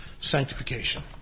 sanctification